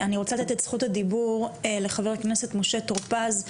אני רוצה לתת את זכות הדיבור לחבר הכנסת משה טור פז,